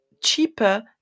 cheaper